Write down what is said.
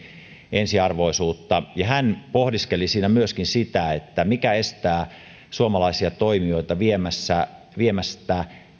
ensiarvoisuutta ja hän pohdiskeli siinä myöskin sitä että mikä estää suomalaisia toimijoita viemästä viemästä